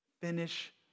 Finish